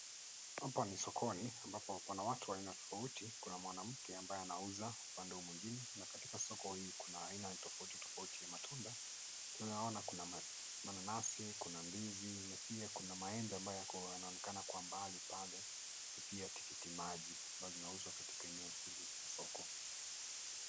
Hapa ni sokoni ambapo kuna watu wa aina tofauti. Kuna mwanamke ambaye anauza upande huu mwingine. Na katika soko hili kuna aina tofauti tofauti ya matunda. Tunaona kuna mananasi kuna ndizi pia kuna maembe ambaye yako yanaonekana kwa mbali pale pia tikitiki maji ambalo linauzwa katika eneo hili la soko.